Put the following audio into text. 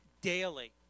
daily